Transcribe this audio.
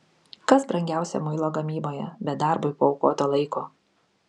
kas brangiausia muilo gamyboje be darbui paaukoto laiko